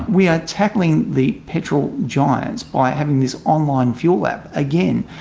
we are tackling the petrol giants by having this online fuel app. again,